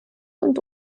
und